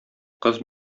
кыз